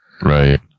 Right